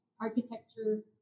architecture